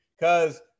because-